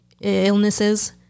illnesses